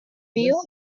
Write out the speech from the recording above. meal